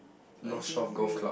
but is in green